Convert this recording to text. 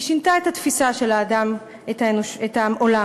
היא שינתה את התפיסה של האדם את העולם.